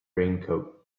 raincoat